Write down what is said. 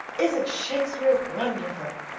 isn't shakespeare wonderful?